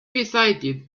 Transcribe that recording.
recited